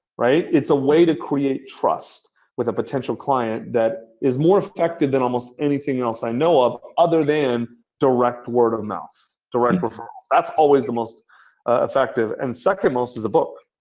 it's a way to create trust with a potential client that is more affected than almost anything else i know of other than direct word of mouth, direct referrals. that's always the most effective, and second most is the book.